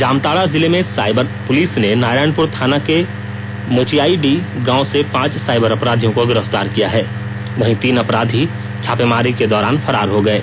जामताड़ा जिले में cyber police ने नारायणपुर थाना के मोचीआईडीह गांव से पांच साइबर अपराधियों को गिरफ्तार किया है वहीं तीन अपराधी छार्पेमारी के दौरान फरार हो गये